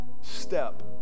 step